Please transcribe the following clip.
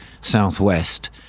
south-west